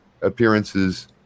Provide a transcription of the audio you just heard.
appearances